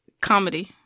Comedy